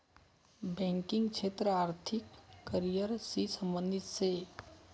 banking क्षेत्र आर्थिक career शी संबंधित शे